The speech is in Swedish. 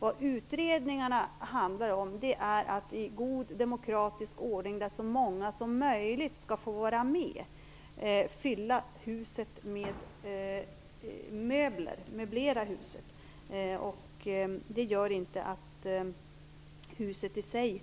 Vad gäller utredningarna är meningen att se till att i god demokratisk ordning så många som möjligt skall få vara med och möblera huset. Det gör inte att huset i sig